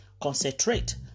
concentrate